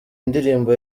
ndirimbo